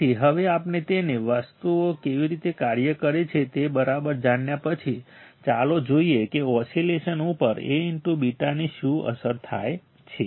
તેથી હવે જ્યારે તમે વસ્તુઓ કેવી રીતે કાર્ય કરે છે તે બરાબર જાણ્યા પછી ચાલો જોઈએ કે ઓસિલેશન ઉપર Aβ ની શું અસર થાય છે